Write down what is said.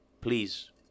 please